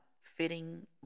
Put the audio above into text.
fitting